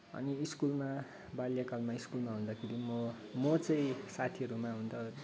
अनि स्कुलमा बाल्यकालमा स्कुलमा हुँदाखेरि म म चाहिँ साथीहरूमा हुँदा